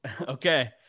Okay